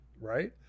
right